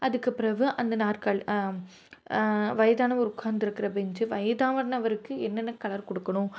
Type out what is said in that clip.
அதுக்குப்பிறகு அந்த நாற்காலி வயதான ஒரு உட்காந்திருக்கிற பெஞ்சு வயதானவருக்கு என்னென்ன கலர் கொடுக்கணும்